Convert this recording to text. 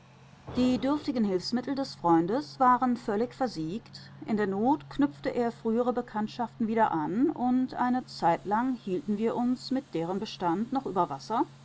die dürftigen hilfsmittel des freundes waren völlig versiegt in der not knüpfte er frühere bekanntschaften wieder an und eine zeitlang hielten wir uns mit deren bestand noch über wasser